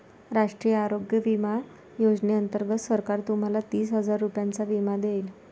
राष्ट्रीय आरोग्य विमा योजनेअंतर्गत सरकार तुम्हाला तीस हजार रुपयांचा विमा देईल